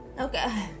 Okay